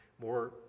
more